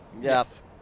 Yes